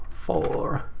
four.